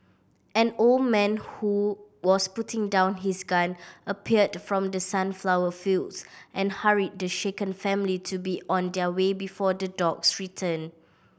an old man who was putting down his gun appeared from the sunflower fields and hurried the shaken family to be on their way before the dogs return